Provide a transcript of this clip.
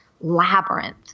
labyrinth